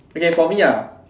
okay for me ah